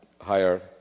higher